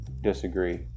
disagree